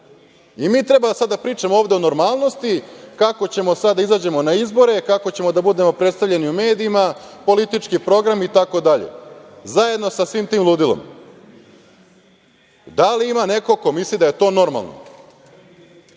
i mi treba sada da pričamo ovde o normalnosti kako ćemo sada da izađemo na izbore, kako ćemo da budemo predstavljeni u medijima, politički program itd, zajedno sa svim tim ludilom. Da li ima neko ko misli da je to normalno?